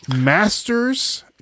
Masters